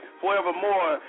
forevermore